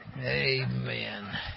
Amen